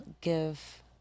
give